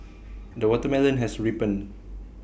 the watermelon has ripened